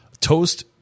Toast